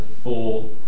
four